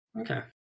Okay